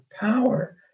power